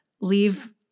leave